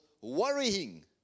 worrying